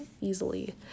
easily